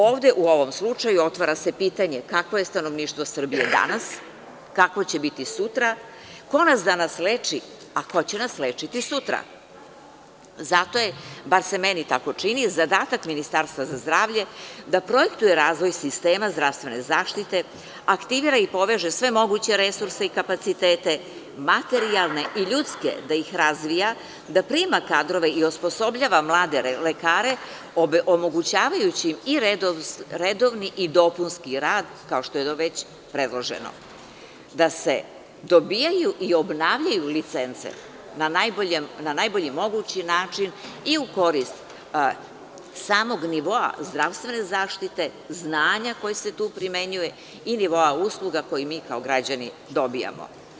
Ovde u ovom slučaju otvara se pitanje kakvo je stanovništvo Srbije danas, kako će biti sutra, ko nas danas leči, a ko će nas lečiti sutra, zato je, bar se meni tako čini, zadatak Ministarstva za zdravlje da projektuje razvoj sistema zdravstvene zaštite, aktivira i poveže sve moguće resurse i kapacitete, materijalne i ljudske da ih razvija, da prima kadrove i osposobljava mlade lekare, omogućavajući im i redovni i dopunski rad, kao što je to već predloženo da se dobijaju i obnavljaju licence na najbolji mogući način i u korist samog nivoa zdravstvene zaštite, znanja koje se tu primenjuje ili ova usluga koju mi kao građani dobijamo.